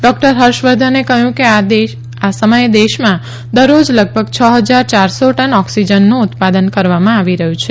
doctor હર્ષવર્ધને કહ્યું કે આ સમયે દેશમાં દરરોજ લગભગ છ ફજાર ચારસો ટન ઓક્સીજનનું ઉત્પાદન કરવામાં આવી રહ્યું છે